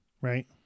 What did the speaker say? Right